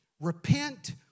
Repent